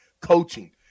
Coaching